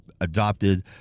adopted